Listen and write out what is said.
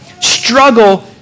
struggle